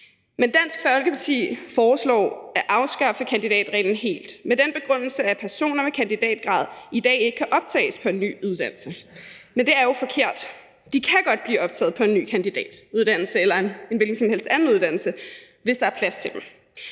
Men Dansk Folkeparti foreslår at afskaffe kandidatreglen helt med den begrundelse, at personer med kandidatgrad i dag ikke kan optages på en ny uddannelse. Men det er jo forkert. De kan godt blive optaget på en ny kandidatuddannelse eller en hvilken som helst anden uddannelse, hvis der er plads til dem.